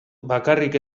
bakarrik